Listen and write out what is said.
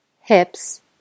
hips